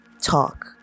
talk